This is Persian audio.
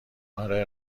آره